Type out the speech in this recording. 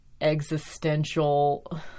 existential